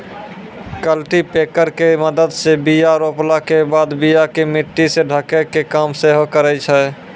cultipacker के मदत से बीया रोपला के बाद बीया के मट्टी से ढकै के काम सेहो करै छै